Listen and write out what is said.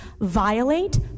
violate